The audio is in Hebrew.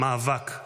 מאבק.